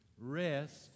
Rest